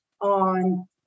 on